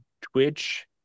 Twitch